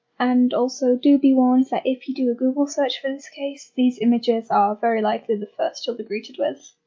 and do be warned that if you do a google search for this case, these images are very likely the first you'll be greeted with.